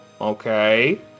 okay